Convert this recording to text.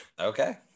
Okay